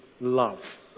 love